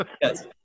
Yes